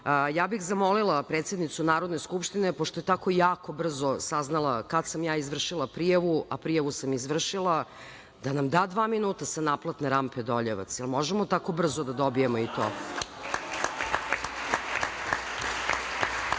ja bih zamolila predsednicu Narodne skupštine, pošto je tako jako brzo saznala kada sam ja izvršila prijavu, a prijavu sam izvršila da nam da dva minuta sa naplatne rampe Doljevac. Jel možemo tako brzo da dobijemo i to? Sada